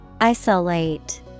Isolate